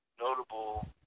notable